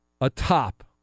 atop